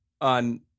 on